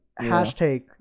hashtag